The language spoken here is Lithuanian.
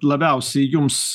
labiausiai jums